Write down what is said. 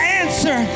answer